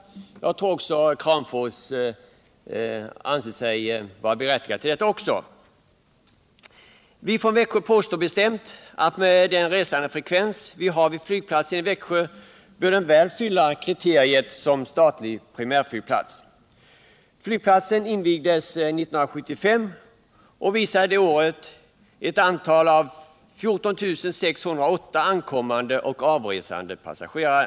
Jag tror att man också i Kramfors anser sin flygplats vara berättigad till denna ställning. påstår bestämt att med den resandefrekvens vi har vid flygplatsen i Växjö bör den väl uppfylla kriterierna för statlig primärflygplats. Flygplatsen invigdes 1975 och hade det året ett antal av 14 608 ankommande och avresande passagerare.